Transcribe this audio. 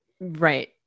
right